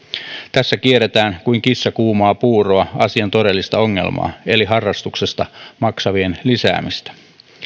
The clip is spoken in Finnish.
tässä kierretään kuin kissa kuumaa puuroa asian todellista ongelmaa eli harrastuksesta maksavien lisäämistä